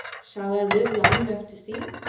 shall i live long enough to see.